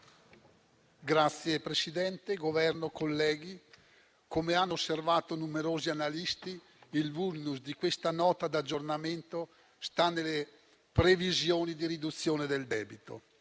Signor Presidente, Governo, colleghi, come hanno osservato numerosi analisti, il *vulnus* di questa Nota di aggiornamento sta nelle previsioni di riduzione del debito.